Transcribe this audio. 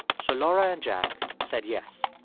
so laura and jack said yes.